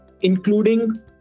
including